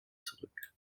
zurück